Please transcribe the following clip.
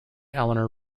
eleanor